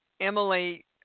Emily